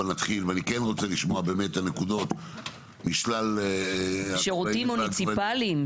אבל נתחיל ואני רוצה לשמוע את הנקודות משלל --- שירותים מוניציפליים,